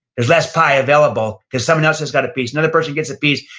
there's less pie available, cause someone else has got a piece. another person gets a piece,